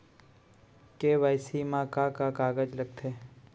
KYC मा का का कागज लगथे?